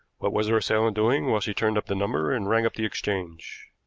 what was her assailant doing while she turned up the number and rang up the exchange?